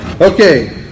Okay